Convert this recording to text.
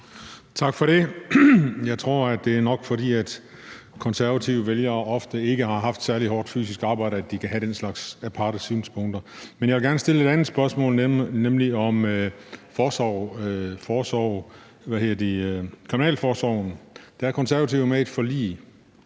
Tak for det. Jeg tror, at det nok er, fordi Konservative vælgere ofte ikke har haft særlig hårdt fysisk arbejde, at de kan have den slags aparte synspunkter. Men jeg vil gerne stille et andet spørgsmål, nemlig om kriminalforsorgen, hvor Konservative er med i et forlig.